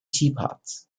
teapots